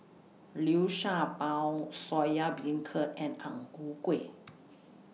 Liu Sha Bao Soya Beancurd and Ang Ku Kueh